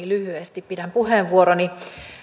lyhyesti käytän puheenvuoroni